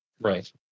Right